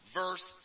verse